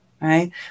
Right